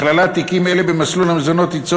הכללת תיקים אלה במסלול המזונות תיצור